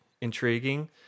intriguing